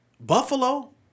Buffalo